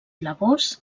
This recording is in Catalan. blavós